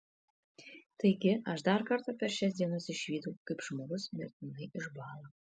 taigi aš dar kartą per šias dienas išvydau kaip žmogus mirtinai išbąla